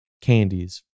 candies